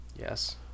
Yes